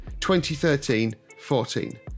2013-14